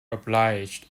obligated